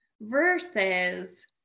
versus